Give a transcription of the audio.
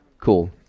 Cool